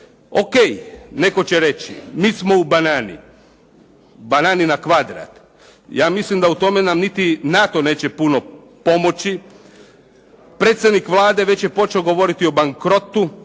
O.k. netko će reći "Mi smo u banani", banani na kvadrat. Ja mislim da nam u tome neće ni NATO puno pomoći, predsjednik Vlade već je počeo govoriti o bankrotu.